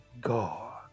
God